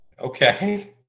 Okay